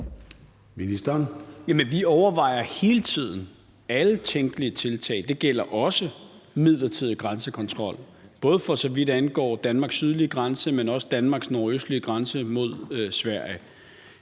Vi overvejer hele tiden alle tænkelige tiltag, og det gælder også midlertidig grænsekontrol, både for så vidt angår Danmarks sydlige grænse, men også Danmarks nordøstlige grænse mod Sverige.